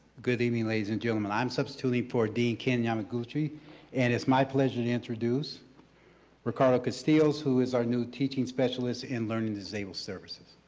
good evening ladies and gentlemen, i'm substituting for dean kent yamaguchi and it's my pleasure to introduce ricardo castillo who is our new teaching specialist in learning disabled services.